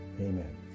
Amen